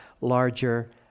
larger